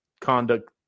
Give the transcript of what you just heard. conduct